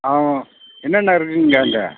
என்னென்ன இருக்குங்க அங்கே